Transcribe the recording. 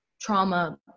trauma